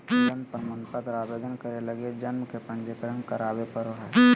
जन्म प्रमाण पत्र आवेदन करे लगी जन्म के पंजीकरण करावे पड़ो हइ